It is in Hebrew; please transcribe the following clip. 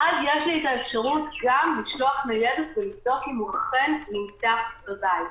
ואז יש לי את האפשרות גם לשלוח ניידת ולבדוק אם הוא אכן נמצא בבית.